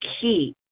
key